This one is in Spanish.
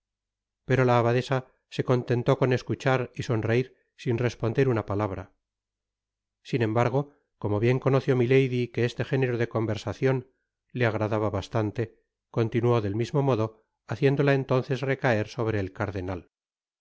pero la abadesa se contentó con escuchar y sonreir sin responder una palabra sin embargo como bien conoció milady que este género de conversacion le agradaba bastante continuó del mismo modo haciéndola entonces recaer sobre el cardenal